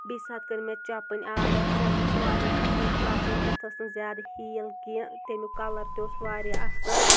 بیٚیہِ ساتہٕ کٔر مےٚ چَپٕنۍ آرڈَر سۄ تہِ ٲسۍ واریاہ اَصٕل چَپٕنۍ تَتھ ٲسۍ نہٕ زیادٕ ہیٖل کینٛہہ تمیُک کَلَر تہِ اوس واریاہ اَصٕل